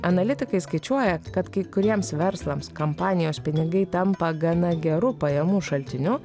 analitikai skaičiuoja kad kai kuriems verslams kampanijos pinigai tampa gana geru pajamų šaltiniu